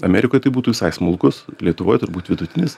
amerikoj tai būtų visai smulkus lietuvoj turbūt vidutinis